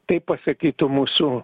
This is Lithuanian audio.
taip pasakytų mūsų